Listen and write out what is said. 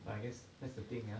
but I guess that's the thing ah